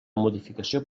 modificació